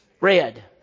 Red